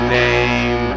name